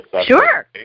Sure